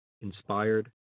inspired